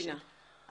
אני מבינה.